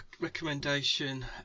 recommendation